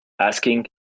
asking